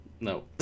No